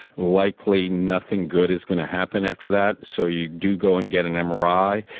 likely nothing good is going to happen after that, so you do go and get an mri.